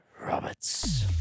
roberts